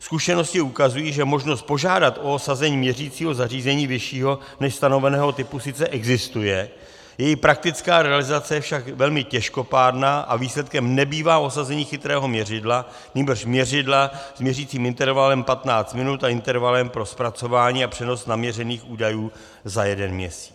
Zkušenosti ukazují, že možnost požádat o osazení měřicího zařízení vyššího než stanoveného typu sice existuje, její praktická realizace je však velmi těžkopádná a výsledkem nebývá osazení chytrého měřidla, nýbrž měřidla s měřicím intervalem 15 minut a intervalem pro zpracování a přenos naměřených údajů za jeden měsíc.